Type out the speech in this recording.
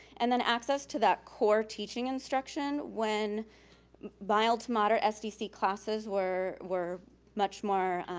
and then access to that core teaching instruction. when mild to moderate sdc classes were were much more